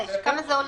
כמה זה עולה?